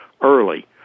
early